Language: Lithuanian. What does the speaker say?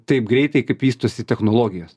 taip greitai kaip vystosi technologijos